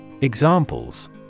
Examples